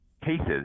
cases